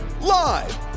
Live